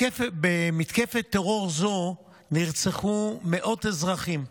במתקפת טרור זו נרצחו מאות אזרחים,